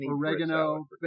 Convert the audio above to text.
oregano